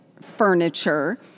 furniture